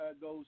goes